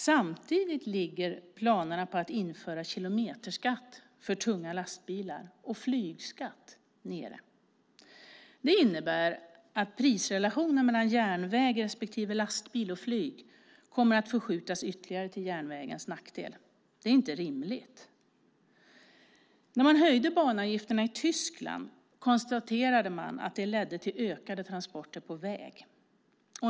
Samtidigt ligger planerna på att införa kilometerskatt för tunga lastbilar och flygskatt nere. Det innebär att prisrelationen mellan järnväg respektive lastbil och flyg kommer att förskjutas ytterligare till järnvägens nackdel. Det är inte rimligt. När man höjde banavgifterna i Tyskland konstaterade man att det ledde till ökade transporter på väg.